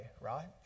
right